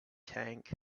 tank